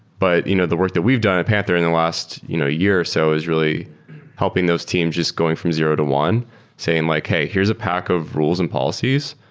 but you know the work that we've done at panther in the last you know year or so is really helping those teams just going from zero to one saying like, hey, here is a pack of rules and policies.